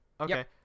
Okay